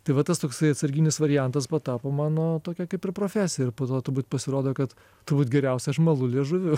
tai va tas toksai atsarginis variantas patapo mano tokia kaip ir profesija ir po to turbūt pasirodė kad turbūt geriausia aš malu liežuviu